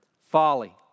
folly